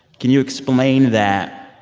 can you explain that